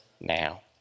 now